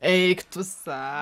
eik tu sa